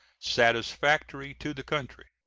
satisfactory to the country.